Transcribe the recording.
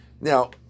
Now